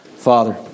Father